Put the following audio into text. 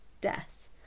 death